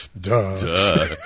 duh